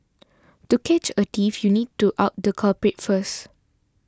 to catch a thief you need to out the culprit first